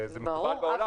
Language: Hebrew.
ברור.